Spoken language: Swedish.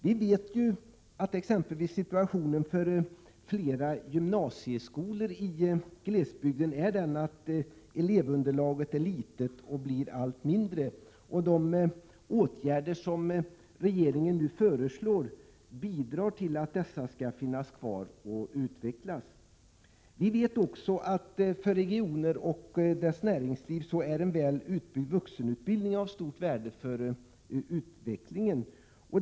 Vi vet t.ex. att elevunderlaget i flera gymnasieskolor i glesbygden är litet och att det blir allt mindre. De åtgärder som regeringen nu föreslår bidrar till att dessa gymnasieskolor skall finnas kvar och utvecklas. Vi vet också att en väl utbyggd vuxenutbildning är av stort värde för regionernas och deras näringslivs utveckling.